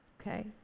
Okay